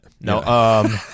No